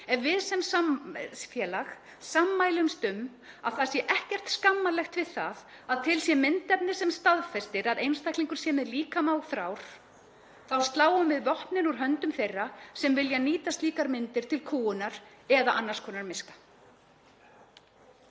Ef við sem samfélag sammælumst um að það sé ekkert skammarlegt við það að til sé myndefni sem staðfestir að einstaklingur sé með líkama og þrár þá sláum við vopnin úr höndum þeirra sem vilja nýta slíkar myndir til kúgunar eða annars konar miska.